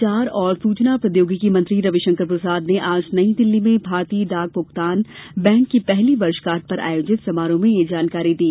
संचार तथा सूचना प्रौद्योगिकी मंत्री रविशंकर प्रसाद ने आज नई दिल्ली में भारतीय डाक भुगतान बैंक की पहली वर्षगांठ पर आयोजित समारोह में यह जानकारी दी